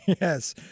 Yes